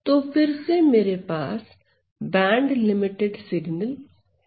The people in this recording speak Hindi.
तो फिर से मेरे पास बैंडलिमिटेड सिगनल है